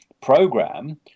program